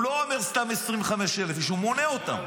הוא לא אומר סתם 25,000. הוא מונה אותם,